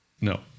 No